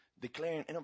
declaring